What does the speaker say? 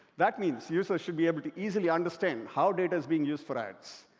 that means users should be able to easily understand how data is being used for ads,